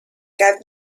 gav